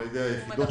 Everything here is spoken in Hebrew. על ידי היחידות שלנו.